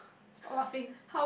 stop laughing